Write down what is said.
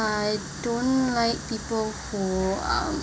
I don't like people who uh